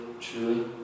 truly